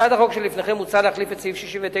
בהצעת החוק שלפניכם מוצע להחליף את סעיף 69,